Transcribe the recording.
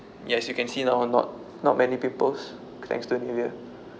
yes as you can see now not not many pimples thanks to Nivea